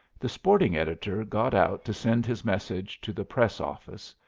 the sporting editor got out to send his message to the press office,